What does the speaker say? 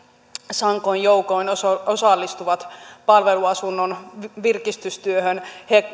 sankoin joukoin osallistuvat palveluasunnon virkistystyöhön